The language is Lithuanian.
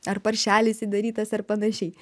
ar paršelis įdarytas ar panašiai